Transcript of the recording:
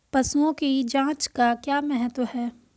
पशुओं की जांच का क्या महत्व है?